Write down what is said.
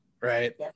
right